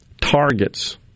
targets